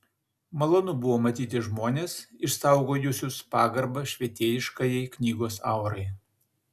malonu buvo matyti žmones išsaugojusius pagarbą švietėjiškajai knygos aurai